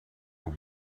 will